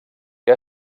que